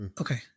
okay